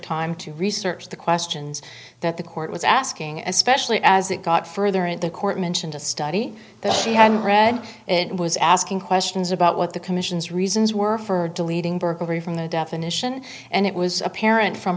time to research the questions that the court was asking especially as it got further into court mentioned a study that she had read it was asking questions about what the commission's reasons were for deleting berkery from the definition and it was apparent from